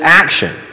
action